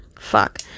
fuck